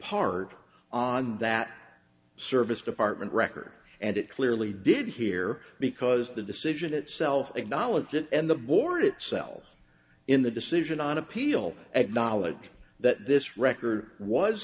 part on that service department record and it clearly did here because the decision itself acknowledged it and the board itself in the decision on appeal acknowledge that this record was